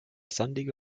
sandige